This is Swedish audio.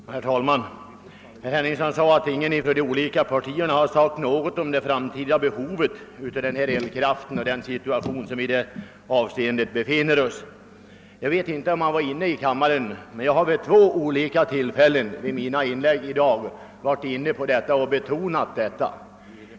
Herr talman! Herr Henningsson sade att ingen företrädare för något parti har sagt något om det framtida behovet av elkraft och om den situation som vi för närvarande befinner oss i i olika avseenden. Jag vet inte om herr Henningsson då var närvarande, men jag har i två olika inlägg i dag tagit upp dessa frågor.